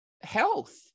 health